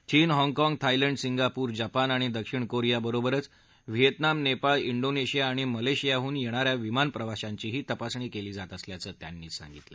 चीन हाँगकाँग Thailand Singapore Japan आणि दक्षिण कोरिया बरोबरच व्हिएतनाम नेपाळ इंडोनेशिया आणि मलेशियाहून येणा या विमान प्रवाशांचीही तपासणी केली जात असल्याचं त्यांनी सांगितलं